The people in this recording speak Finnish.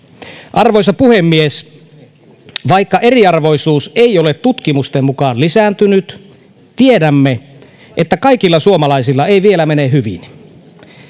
arvoisa puhemies vaikka eriarvoisuus ei ole tutkimusten mukaan lisääntynyt tiedämme että kaikilla suomalaisilla ei vielä mene hyvin